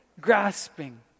grasping